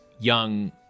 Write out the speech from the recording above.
young